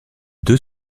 deux